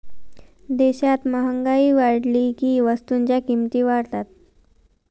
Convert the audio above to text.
देशात महागाई वाढली की वस्तूंच्या किमती वाढतात